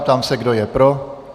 Ptám, se kdo je pro.